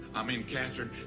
i mean katherine.